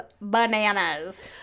bananas